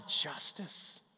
justice